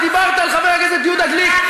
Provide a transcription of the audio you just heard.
אז דיברת על חבר הכנסת יהודה גליק.